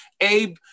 Abe